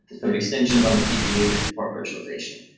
sort of extension on the cpu that support virtualization.